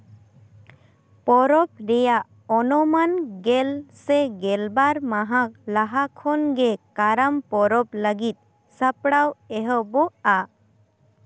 ᱯᱚᱨᱚᱵᱽ ᱨᱮᱭᱟᱜ ᱚᱱᱢᱟᱱ ᱜᱮᱞ ᱥᱮ ᱜᱮᱞᱵᱟᱨ ᱢᱟᱦᱟ ᱞᱟᱦᱟ ᱠᱷᱚᱱᱜᱮ ᱠᱟᱨᱟᱢ ᱯᱚᱨᱚᱵᱽ ᱞᱟᱹᱜᱤᱫ ᱥᱟᱯᱲᱟᱣ ᱮᱦᱚᱵᱚᱜᱼᱟ